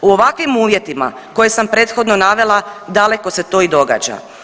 U ovakvim uvjetima koje sam prethodno navela daleko se to i događa.